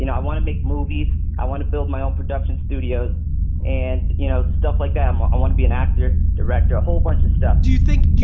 you know i want to make movies. i want to build my own production studio and you know stuff like that. um i want to be an actor, director, a whole bunch of stuff. do you think and